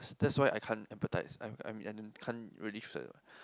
that's why I can't empathize I'm I'm I can't really feel what